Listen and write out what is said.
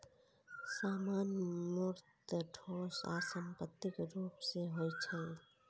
सामान मूर्त, ठोस आ संपत्तिक रूप मे होइ छै